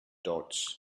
dots